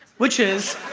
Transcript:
which is